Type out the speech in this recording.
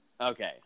Okay